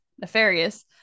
Nefarious